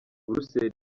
buruseli